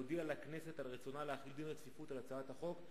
להודיע לכנסת על רצונה להחיל דין רציפות על הצעת החוק,